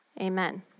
amen